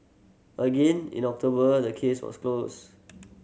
again in October the case was closed